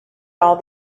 all